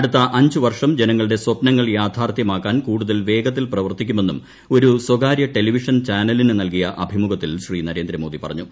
അടുത്ത അഞ്ച് വർഷം ജനങ്ങളുടെ സ്പപ്നങ്ങൾ യാഥാർത്ഥ്യമാക്കാൻ കൂടുതൽ വേഗത്തിൽ പ്ര്വർത്തിക്കുമെന്നും ഒരു സ്വകാരൃ ടെലിവിഷൻ ചാനലിന് നൽകിയ അഭിമുഖത്തിൽ ശ്രീ നരേന്ദ്രമോദി പറഞ്ഞു